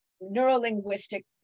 neuro-linguistic